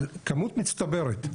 על כמות מצטברת.